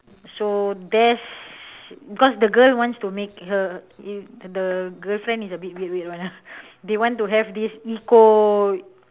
so that's because the girl wants to make her the girlfriend is a bit weird weird one ah they want to have this eco